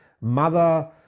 mother